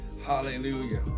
Hallelujah